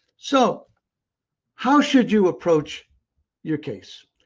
so how should you approach your case?